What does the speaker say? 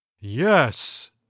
Yes